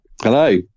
Hello